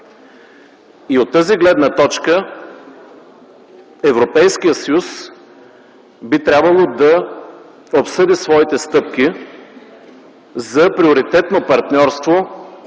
От тази гледна точка Европейският съюз би трябвало да обсъди своите стъпки за приоритетно партньорство